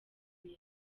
neza